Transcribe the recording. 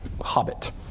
hobbit